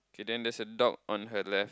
okay then there's a dog on her left